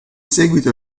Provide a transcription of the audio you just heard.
seguito